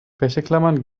wäscheklammern